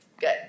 Good